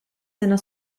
sena